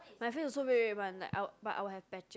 my face also red red one like I will but I will have patches